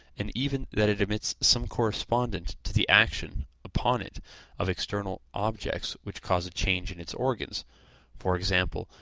and even that it emits some correspondent to the action upon it of external objects which cause a change in its organs for example,